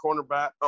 cornerback